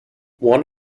one